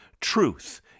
truth